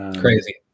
Crazy